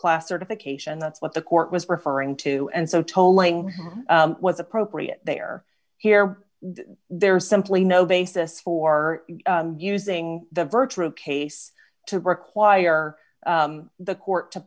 class certification that's what the court was referring to and so tolling was appropriate there here there is simply no basis for using the virtual case to require the court to